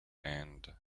and